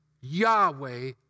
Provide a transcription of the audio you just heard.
Yahweh